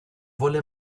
wolle